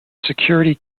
security